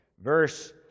verse